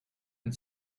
and